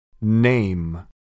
name